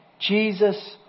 Jesus